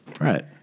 Right